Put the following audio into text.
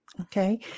Okay